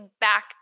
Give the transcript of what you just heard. back